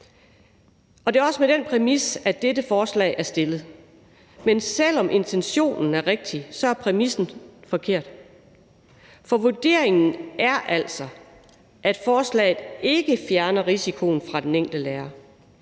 Det er også med den præmis, at dette forslag er fremsat. Men selv om intentionen er rigtig, er præmissen forkert. For vurderingen er altså, at forslaget ikke fjerner risikoen for den enkelte lærer.